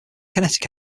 kinetic